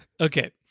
Okay